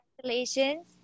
Congratulations